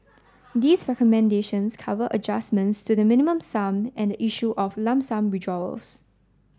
these recommendations cover adjustments to the Minimum Sum and the issue of lump sum withdrawals